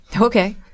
Okay